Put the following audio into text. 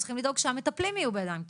צריכים לדאוג שהמטפלים יהיו בידיים טובות.